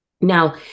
Now